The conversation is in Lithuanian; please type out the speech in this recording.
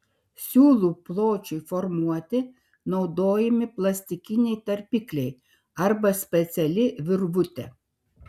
siūlių pločiui formuoti naudojami plastikiniai tarpikliai arba speciali virvutė